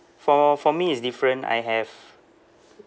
for for me is different I have